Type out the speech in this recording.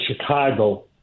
Chicago